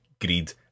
greed